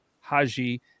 Haji